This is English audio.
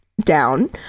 down